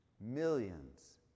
Millions